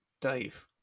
Dave